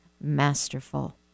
masterful